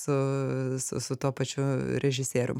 su su tuo pačiu režisierium